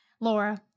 Laura